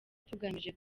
tugamije